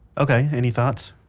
ok any thoughts?